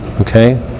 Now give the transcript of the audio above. Okay